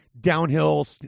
downhill